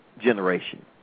generation